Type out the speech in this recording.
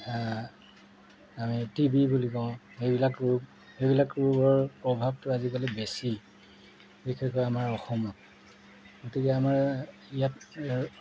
আমি টিবি বুলি কওঁ সেইবিলাক ৰোগ সেইবিলাক ৰোগৰ প্ৰভাৱটো আজিকালি বেছি বিশেষকৈ আমাৰ অসমত গতিকে আমাৰ ইয়াত